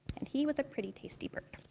and he was a pretty tasty bird.